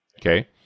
Okay